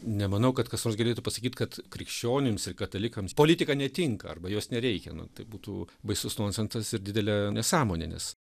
nemanau kad kas nors galėtų pasakyt kad krikščionims ir katalikams politika netinka arba jos nereikia nu tai būtų baisus nonsensas ir didelė nesąmonė nes